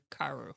Karu